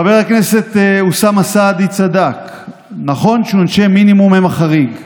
חבר הכנסת אוסאמה סעדי צדק: נכון שעונשי מינימום הם החריג,